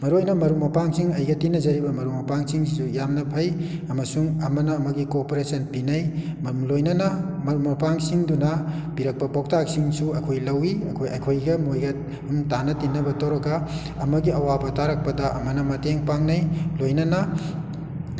ꯃꯔꯨ ꯑꯣꯏꯅ ꯃꯔꯨꯞ ꯃꯄꯥꯡꯁꯤꯡ ꯑꯩꯒ ꯇꯤꯟꯅꯖꯔꯤꯕ ꯃꯔꯨꯞ ꯃꯄꯥꯡꯁꯤꯡꯁꯤꯁꯨ ꯌꯥꯝꯅ ꯐꯩ ꯑꯃꯁꯨꯡ ꯑꯃꯅ ꯑꯃꯒꯤ ꯀꯣꯄꯔꯦꯁꯟ ꯄꯤꯅꯩ ꯂꯣꯏꯅꯅ ꯃꯔꯨꯞ ꯃꯄꯥꯡꯁꯤꯡꯗꯨꯅ ꯄꯤꯔꯛꯄ ꯄꯥꯎꯇꯥꯛꯁꯤꯡꯁꯨ ꯑꯩꯈꯣꯏ ꯂꯧꯋꯤ ꯑꯩꯈꯣꯏ ꯑꯩꯈꯣꯏꯒ ꯃꯣꯏꯒ ꯑꯗꯨꯝ ꯇꯥꯟꯅ ꯇꯤꯟꯅꯕ ꯇꯧꯔꯒ ꯑꯃꯒꯤ ꯑꯋꯥꯕ ꯇꯥꯔꯛꯄꯗ ꯑꯃꯅ ꯃꯇꯦꯡ ꯄꯥꯡꯅꯩ ꯂꯣꯏꯅꯅ